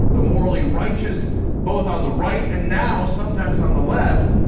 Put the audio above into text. the morally righteous both on the right and now, sometimes on the left.